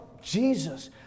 Jesus